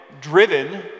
driven